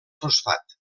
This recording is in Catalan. fosfat